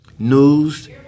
News